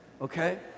okay